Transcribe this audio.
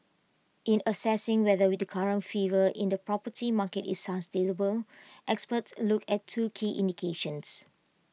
in assessing whether with the current fever in the property market is sustainable experts look at two key indications